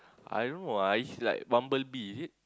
I don't know ah is it like Bumblebee is it